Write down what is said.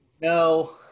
No